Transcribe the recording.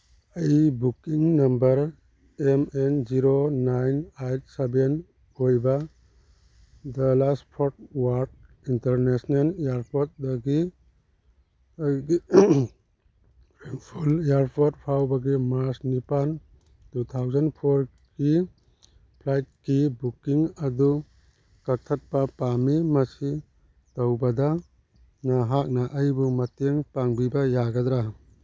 ꯑꯩ booking number M N zero nine eight seven ꯑꯣꯏꯕ Dallas Fort Worth International ꯏꯌꯔꯄꯣꯔꯠꯗꯒꯤ ꯑꯩꯒꯤ ꯐꯦꯡꯐꯣꯔꯠ ꯏꯌꯔꯄꯣꯔꯠ ꯐꯥꯎꯕꯒꯤ ꯃꯥꯔꯁ ꯅꯤꯄꯥꯜ ꯇꯨ ꯊꯥꯎꯖꯟ ꯐꯣꯔꯒꯤ ꯐ꯭ꯂꯥꯏꯠꯀꯤ ꯕꯨꯛꯀꯤꯡ ꯑꯗꯨ ꯀꯛꯊꯠꯄ ꯄꯥꯝꯃꯤ ꯃꯁꯤ ꯇꯧꯕꯗ ꯅꯍꯥꯛꯅ ꯑꯩꯕꯨ ꯃꯇꯦꯡ ꯄꯥꯡꯕꯤꯕ ꯌꯥꯒꯗ꯭ꯔ